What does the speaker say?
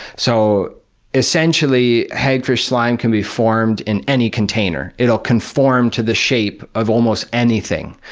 so essentially, hagfish slime can be formed in any container, it'll conform to the shape of almost anything.